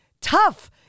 tough